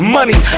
Money